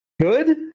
good